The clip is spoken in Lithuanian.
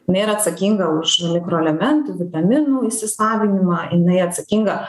jinai yra atsakinga už mikroelementų vitaminų įsisavinimą jinai atsakinga